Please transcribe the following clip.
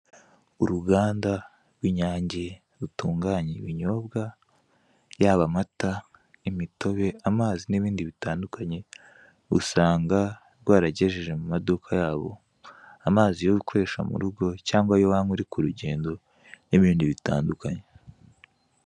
Uruganda rw'inyange rutunganya ibinyobwa: yaba amata, imitobe, amazi n'ibindi bitandukanye; usanga rwaragejeje mu maduka yarwo amazi yo gukoresha mu rugo cyangwa ayo wanywa uri ku rugendo, n'ibindi bitandukanye.